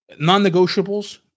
non-negotiables